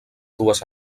dues